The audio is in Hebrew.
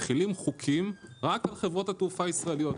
מחילים חוקים רק על חברות התעופה הישראליות.